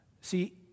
See